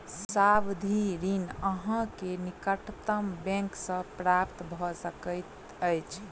सावधि ऋण अहाँ के निकटतम बैंक सॅ प्राप्त भ सकैत अछि